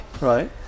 Right